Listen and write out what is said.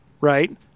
right